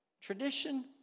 Tradition